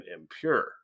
impure